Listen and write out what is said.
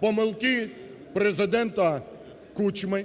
помилки Президента Кучми,